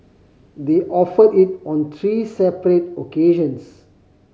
they offered it on three separate occasions